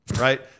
right